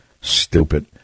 Stupid